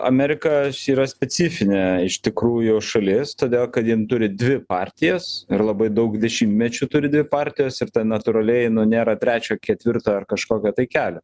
amerika yra specifinė iš tikrųjų šalis todėl kad jin turi dvi partijas ir labai daug dešimtmečių turi dvi partijos ir ten natūraliai nu nėra trečio ketvirto ar kažkokio tai kelio